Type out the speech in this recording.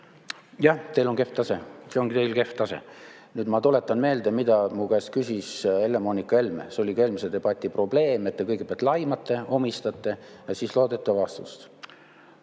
Jah, teil on kehv tase. See ongi teil kehv tase. Nüüd ma tuletan meelde, mida minu käest küsis Helle-Moonika Helme. See oli ka eelmise debati probleem, et te kõigepealt laimate, omistate, ja siis loodate vastust.